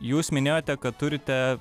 jūs minėjote kad turite